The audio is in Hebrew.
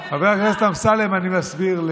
אנחנו תקועים במצרים,